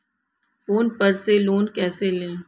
Phone पर से loan कैसे लें?